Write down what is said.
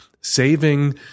saving